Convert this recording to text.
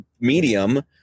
medium